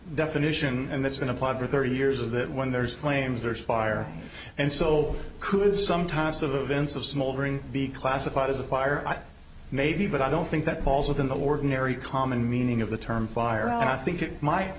definition and that's been applied for thirty years is that when there's flames there's fire and so could sometimes of the events of smoldering be classified as a choir maybe but i don't think that falls within the ordinary common meaning of the term fire i think it might